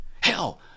Hell